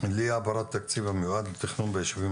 להעברת התקציב המיועד לתכנון בישובים